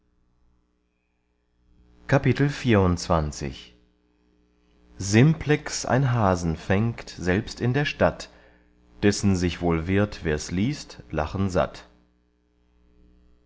simplex ein hasen fängt selbst in der stadt dessen sich wohl wird wers liest lachen satt